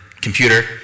computer